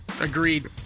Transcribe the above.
Agreed